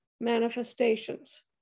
manifestations